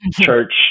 church